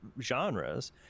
genres